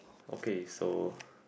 okay so